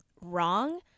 wrong